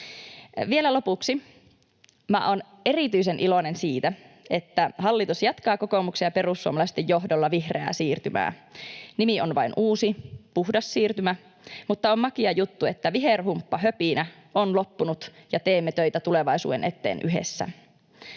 Vielä lopuksi: Minä on erityisen iloinen siitä, että hallitus jatkaa kokoomuksen ja perussuomalaisten johdolla vihreää siirtymää. Nimi vain on uusi, ”puhdas siirtymä”, mutta on makea juttu, että viherhumppahöpinä on loppunut ja teemme töitä tulevaisuuden eteen yhdessä.